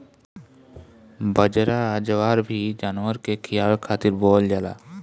बजरा, जवार भी जानवर के खियावे खातिर बोअल जाला